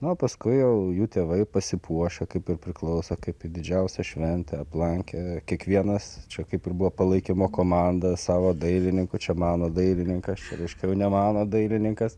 na o paskui jau jų tėvai pasipuošę kaip ir priklauso kaip į didžiausią šventę aplankė kiekvienas čia kaip ir buvo palaikymo komanda savo dailininkų čia mano dailininkas čia reiškia jau ne mano dailininkas